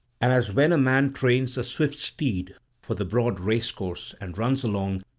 and as when a man trains a swift steed for the broad race-course, and runs along,